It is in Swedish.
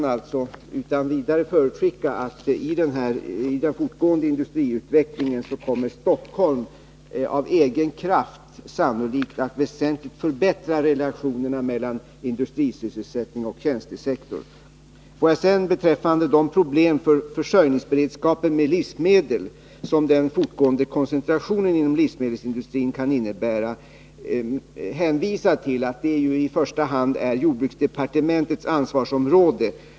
Jag kan alltså utan vidare förutskicka att Stockholm i den fortgående industriutvecklingen av egen kraft sannolikt kommer att väsentligt förbättra relationerna mellan industrisektor och tjänstesektor. Får jag sedan vad gäller de problem för försörjningsberedskapen med livsmedel som den fortgående koncentrationen inom livsmedelsindustrin kan innebära hänvisa till att det i första hand är jordbruksdepartementets ansvarsområde.